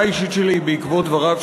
בעד,